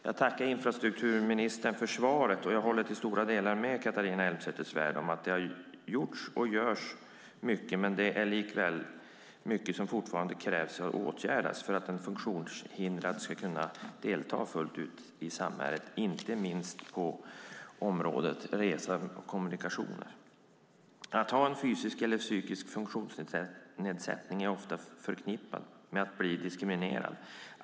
Jag tackar infrastrukturministern för svaret, och jag håller till stora delar med Catharina Elmsäter-Svärd om att det har gjorts och görs mycket, men det är likväl mycket som fortfarande krävs att bli åtgärdat för att en funktionshindrad ska kunna delta fullt ut i samhället, inte minst på området resor och kommunikationer. Att ha en fysisk eller psykisk funktionsnedsättning är ofta förknippat med att bli diskriminerad.